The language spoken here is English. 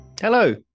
Hello